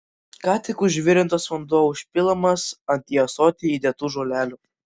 ką tik užvirintas vanduo užpilamas ant į ąsotį įdėtų žolelių